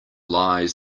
lies